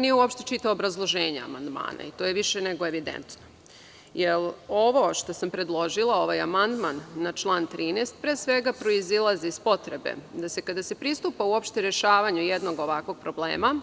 Nije uopšte čitao obrazloženja amandmana i to je više nego evidentno, jer ovo što sam predložila, ovaj amandman na član 13. proizilazi iz potrebe da se kada se pristupa rešavanju jednog ovakvog problema